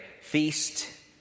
feast